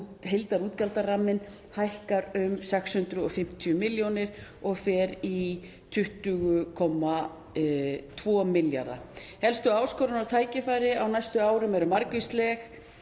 heildarútgjaldaramminn hækkar um 650 milljónir og fer í 20,2 milljarða. Helstu áskoranir og tækifæri á næstu árum eru margvísleg.